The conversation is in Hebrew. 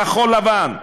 כחול-לבן,